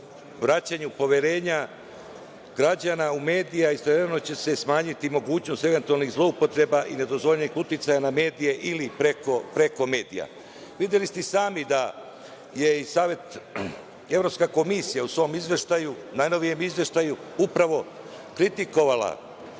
vraćanju poverenja građana u medije. Istovremeno će se smanjiti mogućnost eventualnih zloupotreba i nedozvoljenih uticaja na medije ili preko medija. Videli ste i sami da je i Evropska komisija u svom izveštaju najnovijem, upravo kritikovala